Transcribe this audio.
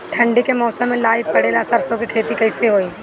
ठंडी के मौसम में लाई पड़े ला सरसो के खेती कइसे होई?